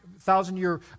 thousand-year